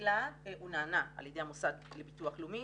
תחילה הוא נענה על ידי המוסד לביטוח לאומי